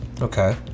Okay